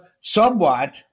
somewhat